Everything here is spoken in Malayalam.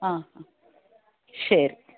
ആ ആ ശരി